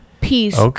peace